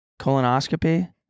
colonoscopy